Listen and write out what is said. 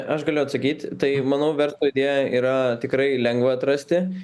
aš galiu atsakyt tai manau verslo idėją yra tikrai lengva atrasti